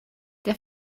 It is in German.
der